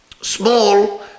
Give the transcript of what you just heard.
small